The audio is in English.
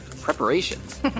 Preparations